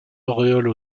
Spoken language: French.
auréole